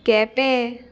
Quepem